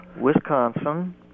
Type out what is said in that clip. Wisconsin